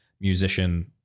musician